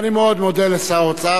אני מאוד מודה לשר האוצר.